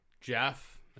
Jeff